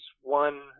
one